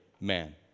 man